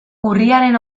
urriaren